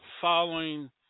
following